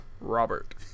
Robert